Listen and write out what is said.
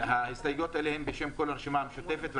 וההסתייגות האלה הן בשם כל הרשימה המשותפת.